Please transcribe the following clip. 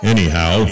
Anyhow